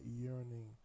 yearning